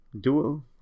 duo